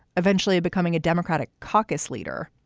eventually becoming a democratic caucus leader,